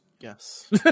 Yes